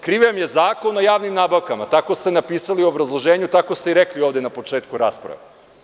Kriv vam je Zakon o javnim nabavkama, tako ste napisali u obrazloženju, tako ste i rekli ovde na početku ove rasprave.